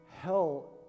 hell